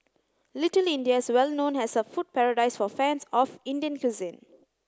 Little India is well known as a food paradise for fans of Indian cuisine